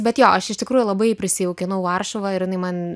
bet jo aš iš tikrųjų labai prisijaukinau varšuvą ir jinai man